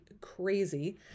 crazy